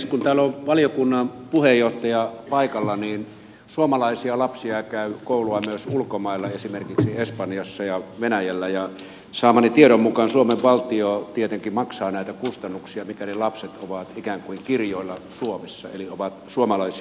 kun täällä on valiokunnan puheenjohtaja paikalla niin suomalaisia lapsia käy koulua myös ulkomailla esimerkiksi espanjassa ja venäjällä ja saamani tiedon mukaan suomen valtio tietenkin maksaa näitä kustannuksia mikäli lapset ovat ikään kuin kirjoilla suomessa eli ovat suomalaisia lapsia